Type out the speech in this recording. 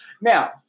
Now